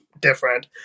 different